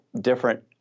different